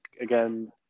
Again